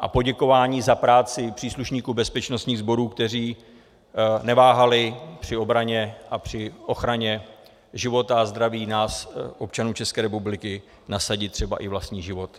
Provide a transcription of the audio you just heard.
a poděkování za práci příslušníkům bezpečnostních sborů, kteří neváhali při obraně a při ochraně života a zdraví nás občanů České republiky nasadit třeba i vlastní život.